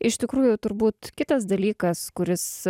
iš tikrųjų turbūt kitas dalykas kuris